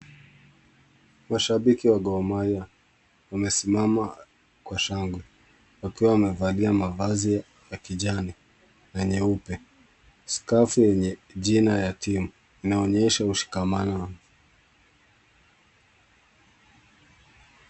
Washabiki wa Gor Mahia wamesimama kwa shangwe, wakiwa wamevalia mavazi ya kijani na nyeupe. Scarf yenye jina ya team inaonyesha ushikamano.